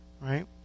Right